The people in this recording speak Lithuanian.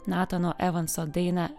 natano evanso dainą